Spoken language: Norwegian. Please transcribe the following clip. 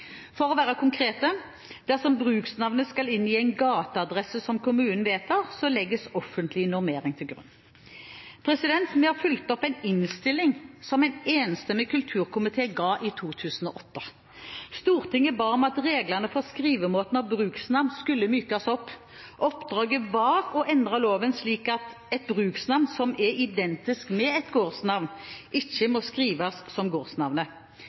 For å være konkret: Dersom bruksnavnet skal inn i en gateadresse som kommunen vedtar, legges offentlig normering til grunn. Vi har fulgt opp en innstilling som en enstemmig kulturkomité ga i 2008. Stortinget ba om at reglene for skrivemåten av bruksnavn skulle mykes opp. Oppdraget var å endre loven slik at et bruksnavn som er identisk med et gårdsnavn, ikke må skrives som gårdsnavnet.